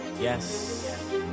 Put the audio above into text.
Yes